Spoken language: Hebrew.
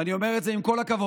ואני אומר את זה עם כל הכבוד,